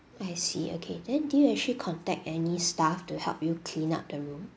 I see okay then do you actually contact any staff to help you clean up the room